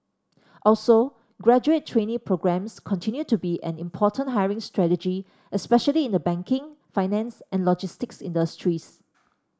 also graduate trainee programmes continue to be an important hiring strategy especially in the banking finance and logistics industries